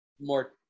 More